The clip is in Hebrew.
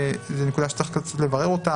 זאת נקודה שצריך לברר אותה,